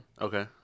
Okay